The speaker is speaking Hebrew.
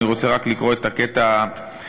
אני רוצה רק לקרוא את הקטע הזה,